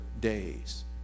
days